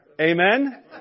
Amen